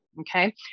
Okay